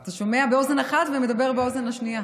אתה שומע באוזן אחת ומדבר באוזן השנייה.